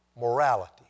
morality